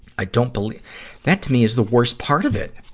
i don't believe that, to me, is the worst part of it.